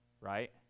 Right